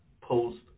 post